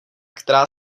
která